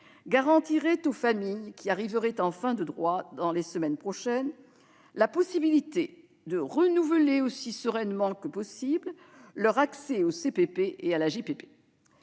garantirait aux familles qui arriveraient en fin de droits dans les semaines prochaines la possibilité de renouveler aussi sereinement que possible leur accès au CPP et à l'AJPP.